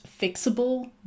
fixable